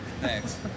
Thanks